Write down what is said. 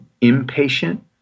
impatient